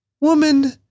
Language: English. woman